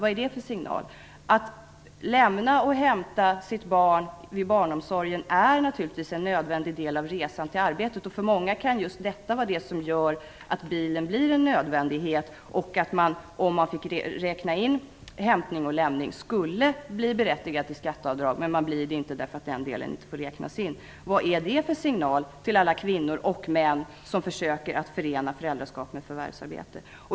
Vad är det för signal? Att lämna och hämta sitt barn i barnomsorgen är naturligtvis en nödvändig del av resan till arbetet. För många kan just detta göra att bilen blir en nödvändighet. Om man fick räkna in hämtning och lämning skulle man bli berättigad till skatteavdrag, men man blir det inte därför att den delen inte får räknas in. Vad är det för signal till alla kvinnor och män som försöker att förena föräldraskap med förvärvsarbete?